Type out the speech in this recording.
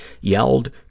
yelled